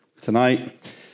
tonight